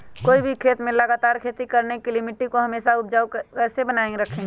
कोई भी खेत में लगातार खेती करने के लिए मिट्टी को हमेसा उपजाऊ कैसे बनाय रखेंगे?